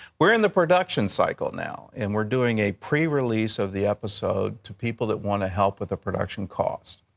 we're in the production cycle now, and we're doing a prerelease of the episode to people that want to help with the production cost.